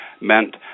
meant